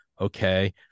Okay